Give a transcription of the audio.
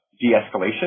de-escalation